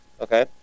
Okay